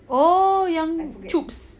oh ya yang choobs